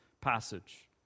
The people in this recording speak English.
passage